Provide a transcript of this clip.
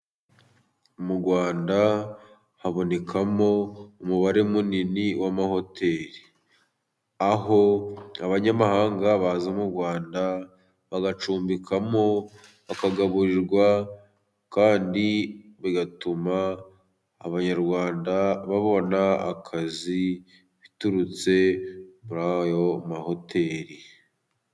Mu Rwanda habonekamo umubare munini w'amahoteli, aho abanyamahanga baza mu Rwanda bagacumbikamo, bakagaburirwa, kandi bigatuma abanyarwanda babona akazi biturutse kuri ayo mahoteli.